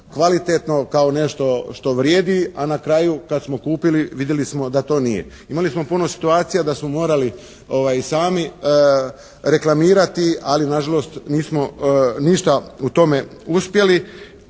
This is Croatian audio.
kvalitetno, kao nešto što vrijedi a na kraju kad smo kupili vidjeli smo da to nije. Imali smo puno situacija da smo morali i sami reklamirati, ali na žalost nismo ništa u tome uspjeli.